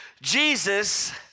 Jesus